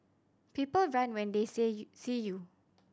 people run when they say see you